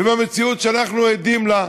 במציאות שאנחנו עדים לה,